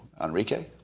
Enrique